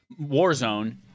Warzone